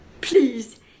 please